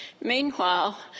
Meanwhile